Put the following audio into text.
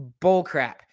bullcrap